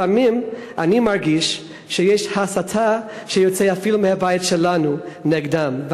לפעמים אני מרגיש שיוצאת הסתה אפילו מהבית שלנו נגדם,